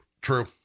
True